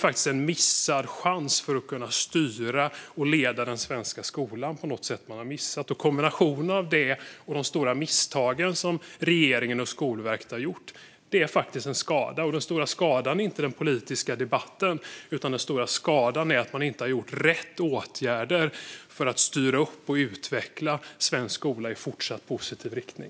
Detta är en missad chans att styra och leda den svenska skolan. Kombinationen av detta och de stora misstag som regeringen och Skolverket har gjort innebär en skada. Den stora skadan är inte för den politiska debatten, utan den stora skadan är att man inte har vidtagit rätt åtgärder för att styra upp och utveckla svensk skola i fortsatt positiv riktning.